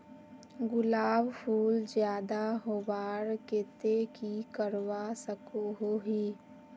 गुलाब फूल ज्यादा होबार केते की करवा सकोहो ही?